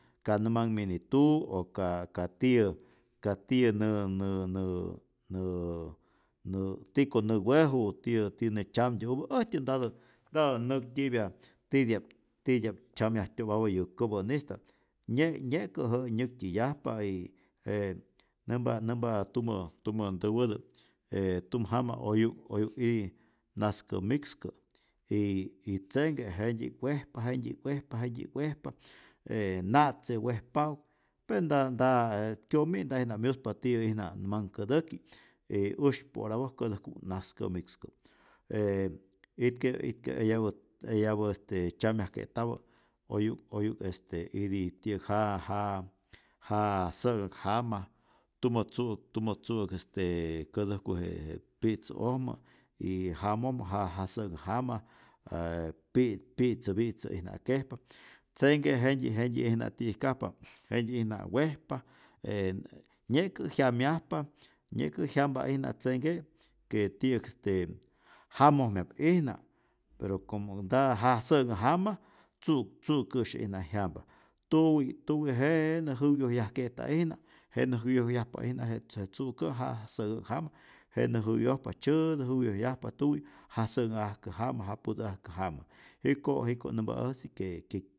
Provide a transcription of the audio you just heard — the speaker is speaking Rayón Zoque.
Ka nä manh mini tuj o ka ka tiyä ka tiyä nä nä nä nä nä tiko nä weju, tiyä nä tzyamtyoupä, äjtyä ntatä ntatä näktyäpya titi'ap titia'ap tzyamyajtyo'päpä yä kopä'nista'p, nye nye'kä' jä'ä nyäktyäyajpa y je nämpa nämpa tumä tumä ntäwätä' je tumjama oyu'k oyu'k iti naskämikskä' y tzenke jentyi'k wejpa, jentyik wejpa, jentyi'k wejpa, e na'tze wejpa'uk pe nta nta kyomi' nta'ijna myuspa tiyä'ijna nä manh kätäki', e usypä orapoj kätäjku'k naskämikskä', e itke' itke' eyapä eyapä este tzyamajke'tapä', oyu'k oyu'k este ititi'yäk ja ja ja sä'nhä'k jama, tumä tzu'äk tumä tzu'äk este kätäjku je je pitzä'ojmä y jamojmä ja ja sä'nhä jama e pi' pi'tzä pitzä'ijna kejpa, tzenhke jejtyi jentyi'ijna ti'yäjkajpa, jentyi'ijna wejpa e nye'kä jyamyajpa, nye'kä jyampa'ijna tzenhke' que ti'yäk este jamojmyap'ijna, pero como nta ja sä'nhä jama tzu' tzu'käsye'ijna jyampa. tuwi tuwi jenä jäwyojyajke'ta'ijna, jenä jäwyojyajpa'ijna je tzu'kä' ja sä'nhäk jama, jenä jäwyojpa tzyätä jäwyojyajpa tuwi ja sänhä ajkä jama, ja putä'ajkä jama, jiko' jiko' nämpa äjtzi que que